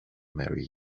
mary